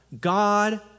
God